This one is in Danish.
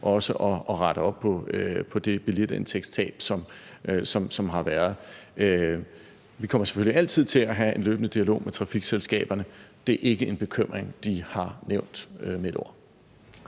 byrde at rette op på det billetindtægtstab, der har været. Vi kommer selvfølgelig altid til at have en løbende dialog med trafikselskaberne. Det her er ikke en bekymring, de har nævnt med et